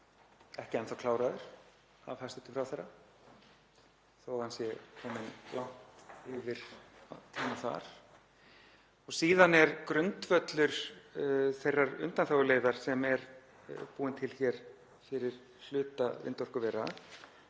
ekki enn þá kláraður af hæstv. ráðherra þó að hann sé kominn langt yfir tímann þar. Síðan er grundvöllur þeirrar undanþáguleiðar sem er búinn til hér fyrir hluta vindorkuvera